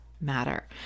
matter